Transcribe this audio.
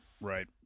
right